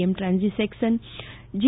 એમ transaction જી